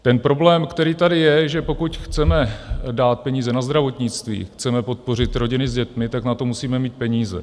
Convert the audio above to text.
Ten problém, který tady je, že pokud chceme dát peníze na zdravotnictví, chceme podpořit rodiny s dětmi, tak na to musíme mít peníze.